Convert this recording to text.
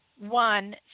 one